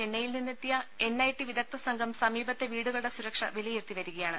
ചെന്നൈയിൽ നി ന്നെത്തിയ എൻ ഐ ടി വിദഗ്ധസംഘം സമീപത്തെ വീടു കളുടെ സുരക്ഷ വിലയിരുത്തി വരികയാണ്